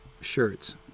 shirts